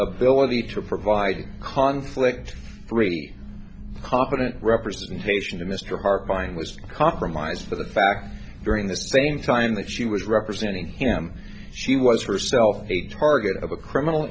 ability to provide conflict free confident representation to mr hart buying was compromised for the facts during the same time that she was representing him she was herself a target of a criminal